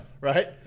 Right